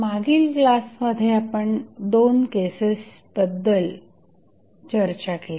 मागील क्लासमध्ये आपण दोन केसेस बद्दल चर्चा केली